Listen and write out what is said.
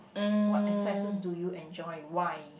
what exercises do you enjoy why